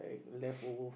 leftover